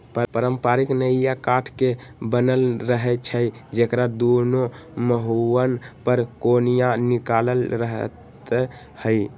पारंपरिक नइया काठ के बनल रहै छइ जेकरा दुनो मूहान पर कोनिया निकालल रहैत हइ